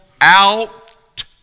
out